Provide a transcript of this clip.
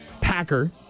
Packer